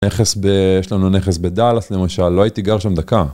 נכס ב, יש לנו נכס בדלאס למשל, לא הייתי גר שם דקה.